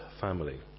family